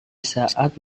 saat